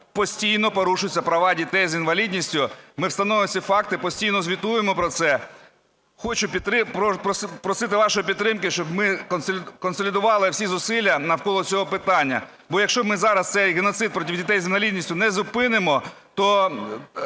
постійно порушуються права дітей з інвалідністю. Ми встановлюємо ці факти, постійно звітуємо про це. Хочу просити вашої підтримки, щоб ми консолідували всі зусилля навколо цього питання. Бо якщо ми зараз цей геноцид проти дітей з інвалідністю не зупинимо, то